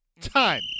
Time